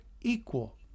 Equal